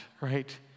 right